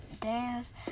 dance